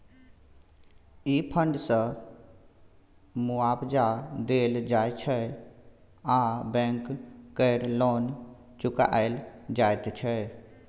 ई fund सँ मुआबजा देल जाइ छै आ बैंक केर लोन चुकाएल जाइत छै